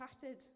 chatted